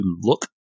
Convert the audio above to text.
look